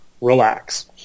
Relax